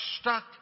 stuck